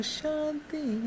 shanti